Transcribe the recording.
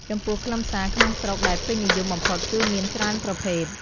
ចំពោះខ្លឹមសារក្នុងស្រុកដែលពេញនិយមបំផុតគឺមានច្រើនប្រភេទ។